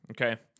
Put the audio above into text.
okay